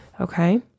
okay